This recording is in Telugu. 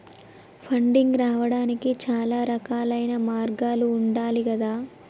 ఫండింగ్ రావడానికి చాలా రకాలైన మార్గాలు ఉండాలి గదా